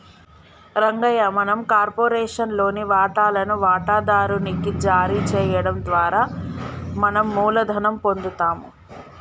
రంగయ్య మనం కార్పొరేషన్ లోని వాటాలను వాటాదారు నికి జారీ చేయడం ద్వారా మనం మూలధనం పొందుతాము